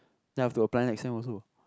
then I have to apply next time also